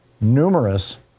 numerous